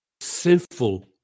sinful